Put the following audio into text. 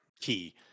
key